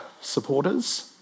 supporters